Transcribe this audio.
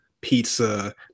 pizza